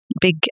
big